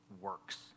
works